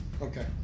Okay